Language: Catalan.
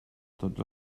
tots